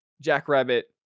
jackrabbit